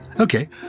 Okay